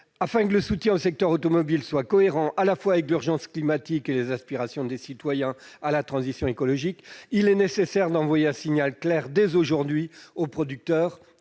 Afin que le soutien au secteur automobile soit cohérent à la fois avec l'urgence climatique et avec les aspirations des citoyens à la transition écologique, il est nécessaire d'envoyer un signal clair, dès aujourd'hui, aux producteurs